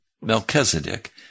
Melchizedek